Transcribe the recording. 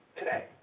today